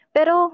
Pero